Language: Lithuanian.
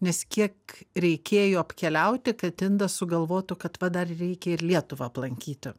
nes kiek reikėjo apkeliauti kad indas sugalvotų kad va dar reikia ir lietuvą aplankyti